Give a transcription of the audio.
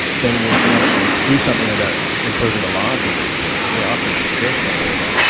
then we can actually do something about improving the lives of these people. yeah i feel very strongly about that.